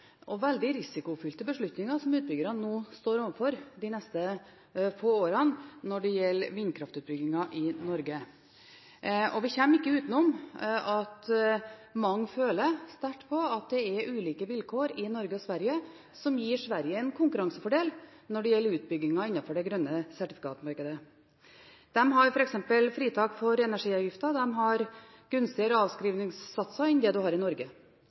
gjelder vindkraftutbyggingen i Norge. Vi kommer ikke utenom at mange føler sterkt på at det er ulike vilkår i Norge og Sverige, som gir Sverige en konkurransefordel når det gjelder utbyggingen innenfor det grønne sertifikatmarkedet. De har f.eks. fritak for energiavgiften, og de har gunstigere avskrivningssatser enn det man har i Norge.